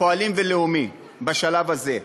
הפועלים ולאומי, בשלב הזה.